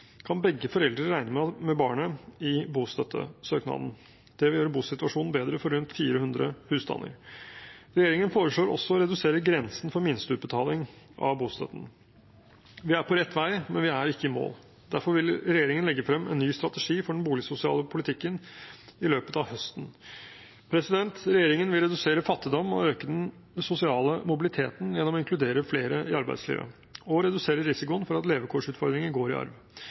kan begge foreldene regne med barnet i bostøttesøknaden. Det vil gjøre bosituasjonen bedre for rundt 400 husstander. Regjeringen foreslår også å redusere grensen for minsteutbetaling av bostøtten. Vi er på rett vei, men vi er ikke i mål. Derfor vil regjeringen legge frem en ny strategi for den boligsosiale politikken i løpet av høsten. Regjeringen vil redusere fattigdom og øke den sosiale mobiliteten gjennom å inkludere flere i arbeidslivet og redusere risikoen for at levekårsutfordringer går i arv.